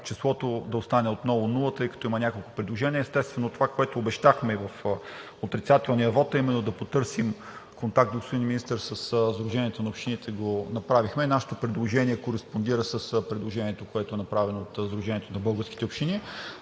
числото да остане отново нула, тъй като има няколко предложения. Естествено, това, което обещахме в отрицателния вот, е именно да потърсим контакт, господин Министър, със Сдружението на общините и го направихме. Нашето предложение кореспондира с предложението, което е направено от Сдружението на българските общини.